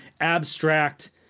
abstract